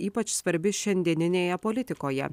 ypač svarbi šiandieninėje politikoje